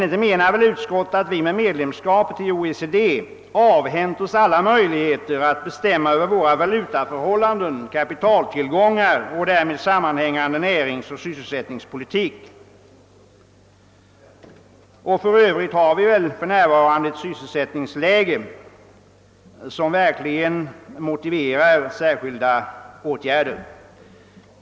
Inte menar väl utskottet att vi genom medlemskapet i OECD avhänt oss alla möjligheter att bestämma över våra valutaförhållanden, kapitaltillgångar och därmed sammanhängande näringsoch sysselsättningspolitik? För övrigt har vi för närvarande i vårt land ett sysselsättningsläge som verkligen motiverar särskilda åtgärder.